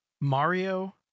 Mario